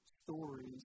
stories